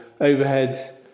overheads